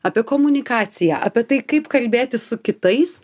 apie komunikaciją apie tai kaip kalbėtis su kitais